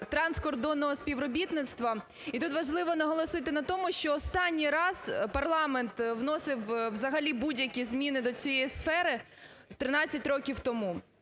транскордонного співробітництва. І тут важливо наголосити на тому, що останній раз парламент вносив взагалі будь-які зміни до цієї сфери 13 років тому.